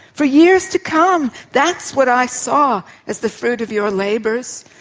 for years to come. that's what i saw as the fruit of your labours,